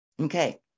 Okay